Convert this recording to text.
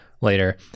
later